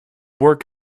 work